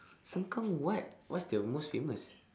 sengkang what what's the most famous